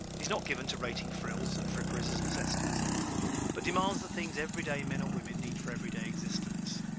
he is not given to rating frills and fripperies as necessities but demands the things everyday men or women need for everyday existence.